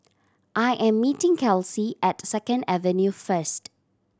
I am meeting Kelsi at Second Avenue first